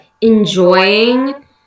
enjoying